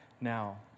now